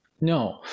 No